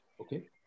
Okay